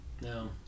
No